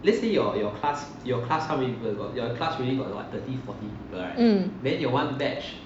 mm